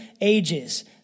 ages